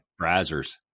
browsers